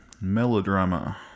Melodrama